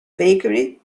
bakery